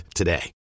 today